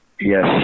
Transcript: Yes